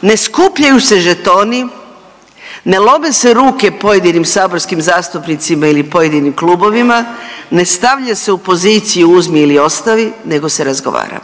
Ne skupljaju se žetoni, ne lome se ruke pojedinim saborskim zastupnicima ili pojedinim klubovima, ne stavlja se u poziciji uzmi ili ostavi, nego se razgovara.